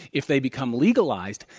if they become legalized,